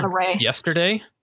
yesterday